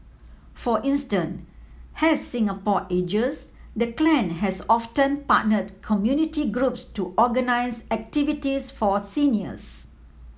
for as Singapore ages the clan has often partnered community groups to organise activities for seniors